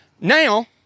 Now